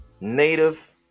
Native